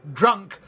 drunk